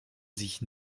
sich